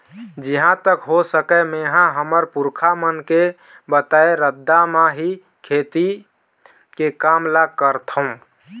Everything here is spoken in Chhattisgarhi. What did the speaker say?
जिहाँ तक हो सकय मेंहा हमर पुरखा मन के बताए रद्दा म ही खेती के काम ल करथँव